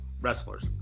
wrestlers